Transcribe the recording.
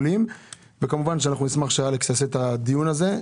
וכמובן שנשמח שאלכס יעשה את הדיון הזה.